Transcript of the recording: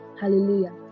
hallelujah